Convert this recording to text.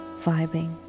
vibing